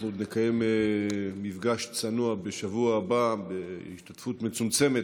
אנחנו עוד נקיים מפגש צנוע בשבוע הבא בהשתתפות מצומצמת,